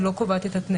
היא לא קובעת את התנאים,